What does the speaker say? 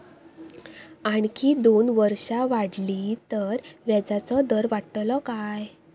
आणखी दोन वर्षा वाढली तर व्याजाचो दर वाढतलो काय?